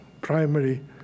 primary